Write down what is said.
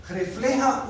refleja